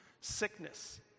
Sickness